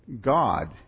God